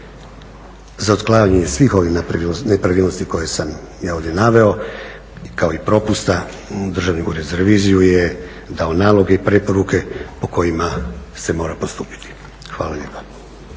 Za otklanjanje svih ovih nepravilnosti koje sam ja ovdje naveo kao i propusta Državni ured za reviziju je dao naloge i preporuke po kojima se mora postupiti. Hvala lijepa.